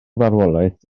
farwolaeth